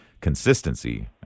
consistency